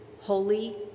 holy